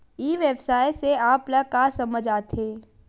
ई व्यवसाय से आप ल का समझ आथे?